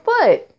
foot